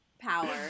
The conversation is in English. power